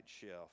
shelf